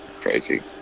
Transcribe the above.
Crazy